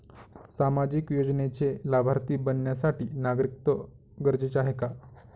सामाजिक योजनेचे लाभार्थी बनण्यासाठी नागरिकत्व गरजेचे आहे का?